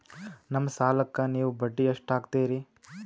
ನಮ್ಮ ಸಾಲಕ್ಕ ನೀವು ಬಡ್ಡಿ ಎಷ್ಟು ಹಾಕ್ತಿರಿ?